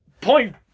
point